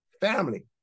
family